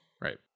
Right